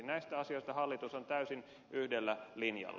näissä asioissa hallitus on täysin yhdellä linjalla